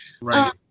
right